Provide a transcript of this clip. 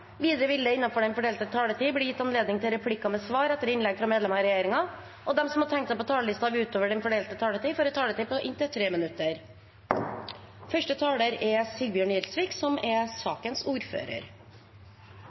Videre vil det – innenfor den fordelte taletid – bli gitt anledning til replikker med svar etter innlegg fra medlemmer av regjeringen, og de som måtte tegne seg på talerlisten utover den fordelte taletid, får også en taletid på inntil 3 minutter.